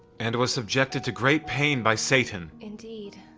and was subjected to great pain by satan. indeed.